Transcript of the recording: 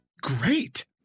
great